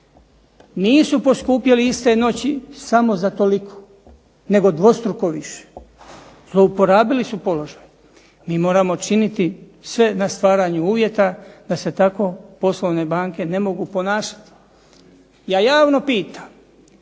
Nisu poskupjeli iste noći samo za toliko, nego dvostruko više, zlorabili su položaj. Mi moramo činiti sve na stvaranju uvjeta da se tako poslovne banke ne mogu ponašati. Ja javno pitam,